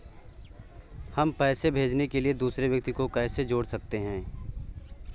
हम पैसे भेजने के लिए दूसरे व्यक्ति को कैसे जोड़ सकते हैं?